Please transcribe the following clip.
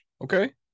okay